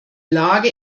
lage